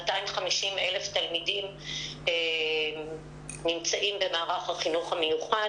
250,000 תלמידים נמצאים במערך החינוך המיוחד